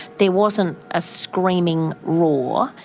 there wasn't a screaming roar,